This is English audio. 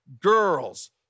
girls